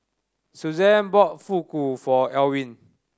Suzan bought Fugu for Elwyn